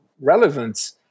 relevance